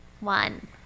One